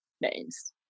names